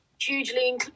hugely